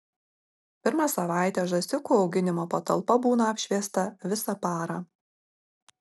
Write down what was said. pirmą savaitę žąsiukų auginimo patalpa būna apšviesta visą parą